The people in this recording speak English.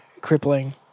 crippling